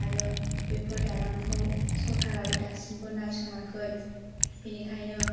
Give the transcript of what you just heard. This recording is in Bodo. आरो बेफोर दालांखौ सरकाराबो दासिमबो नायस'नाखै बेनिखायनो